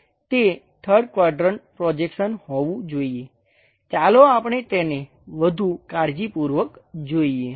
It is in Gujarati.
તે 3rd ક્વાડ્રંટ પ્રોજેક્શન હોવું જોઈએ ચાલો આપણે તેને વધુ કાળજીપૂર્વક જોઈએ